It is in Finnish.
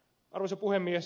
arvoisa puhemies